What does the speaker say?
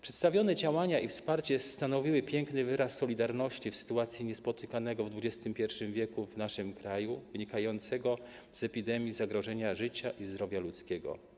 Przedstawione działania i wsparcie stanowiły piękny wyraz solidarności w sytuacji niespotykanego w XXI w. w naszym kraju wynikającego z epidemii zagrożenia życia i zdrowia ludzkiego.